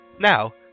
Now